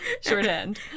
Shorthand